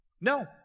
No